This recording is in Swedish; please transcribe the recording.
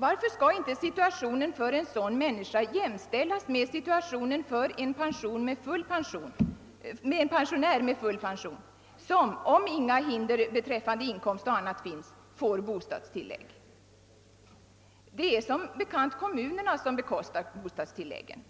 Varför skall inte situationen för en sådan människa jämställas med situationen för en pensionär med full pension, som — om inga hinder beträffande inkomst och annat finns — får bostadstillägg? Det är som bekant kommunerna som bekostar bostadstillläggen.